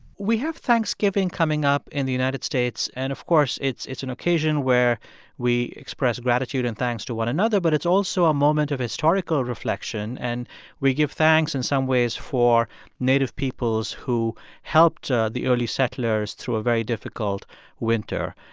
we have thanksgiving coming up in the united states. and, of course, it's it's an occasion where we express gratitude and thanks to one another. but it's also a moment of historical reflection. and we give thanks, in some ways, for native peoples who helped the early settlers through a very difficult winter.